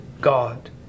God